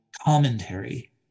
commentary